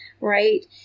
Right